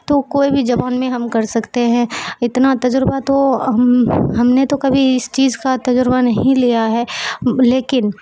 تو کوئی بھی زبان میں ہم کر سکتے ہیں اتنا تجربہ تو ہم ہم نے تو کبھی اس چیز کا تجربہ نہیں لیا ہے لیکن